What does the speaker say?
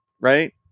right